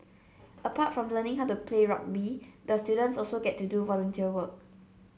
apart from learning how to play rugby the students also get to do volunteer work